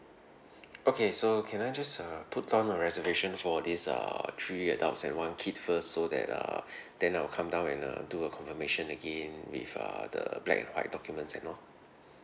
okay so can I just uh put on a reservation for this err three adults and one kid first so that uh then I'll come down and uh do a confirmation again with uh the black and white documents and all